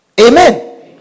Amen